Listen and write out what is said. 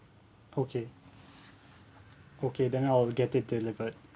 okay okay then I will get it delivered